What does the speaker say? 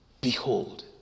behold